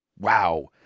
Wow